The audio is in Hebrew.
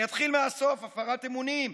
אני אתחיל מהסוף, הפרת אמונים.